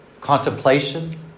contemplation